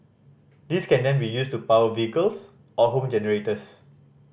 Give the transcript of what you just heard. this can then be used to power vehicles or home generators